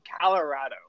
Colorado